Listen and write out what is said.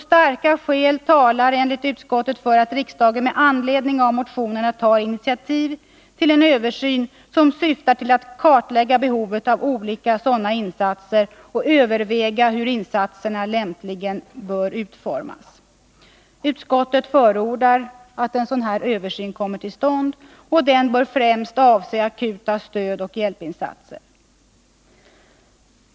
Starka skäl talar enligt utskottet för att riksdagen med anledning av motionerna tar initiativ till en översyn som syftar till att kartlägga behovet av olika sådana insatser och att överväga hur insatserna lämpligen bör utformas. Utskottet förordar att en sådan översyn kommer till stånd. Den bör främst avse akuta stödoch hjälpinsatser.